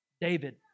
David